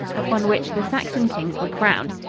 upon which the saxon kings were crowned.